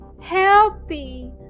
healthy